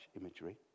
imagery